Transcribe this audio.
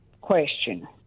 question